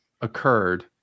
occurred